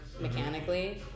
mechanically